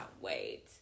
wait